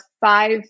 five